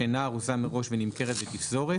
שאינה ארוזה מראש ונמכרת בתפזורת